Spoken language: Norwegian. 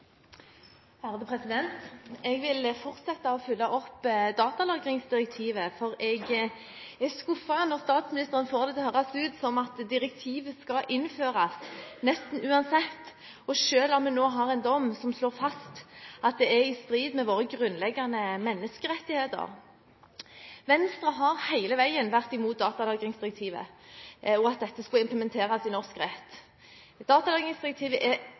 datalagringsdirektivet, for jeg er skuffet når statsministeren får det til å høres ut som at direktivet skal innføres nesten uansett, selv om vi nå har en dom som slår fast at det er i strid med våre grunnleggende menneskerettigheter. Venstre har hele veien vært imot datalagringsdirektivet, og at dette skulle implementeres i norsk rett. Datalagringsdirektivet er